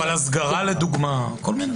אבל הסגרה, לדוגמה, כל מיני.